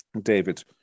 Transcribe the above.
David